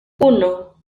uno